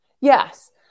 Yes